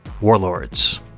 Warlords